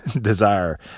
desire